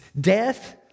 death